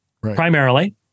primarily